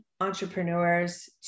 entrepreneurs